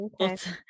Okay